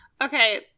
Okay